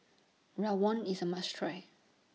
Rawon IS A must Try